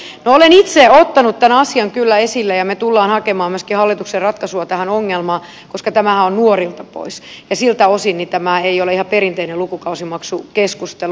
no olen itse ottanut tämän asian kyllä esille ja me tulemme hakemaan myöskin hallituksen ratkaisua tähän ongelmaan koska tämähän on nuorilta pois ja siltä osin tämä ei ole ihan perinteinen lukukausimaksukeskustelu